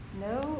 no